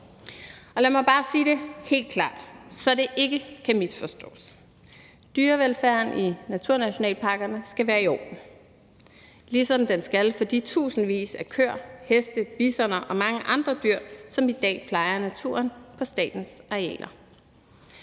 og lad mig bare sige det helt klart, så det ikke kan misforstås: Dyrevelfærden i naturnationalparkerne skal være i orden, ligesom den skal være det for de tusindvis af køer, heste, bisoner og mange andre dyr, som i dag plejer naturen på statens arealer.